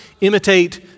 imitate